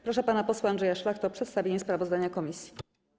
Proszę pana posła Andrzeja Szlachtę o przedstawienie sprawozdania komisji.